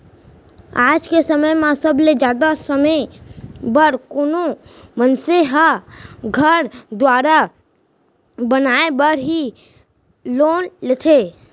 आज के समय म सबले जादा समे बर कोनो मनसे ह घर दुवार बनाय बर ही लोन लेथें